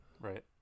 Right